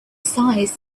size